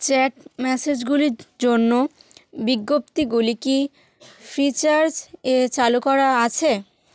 chat মেসেজগুলির জন্য বিজ্ঞপ্তিগুলি কি ফ্রিচার্জ এ চালু করা আছে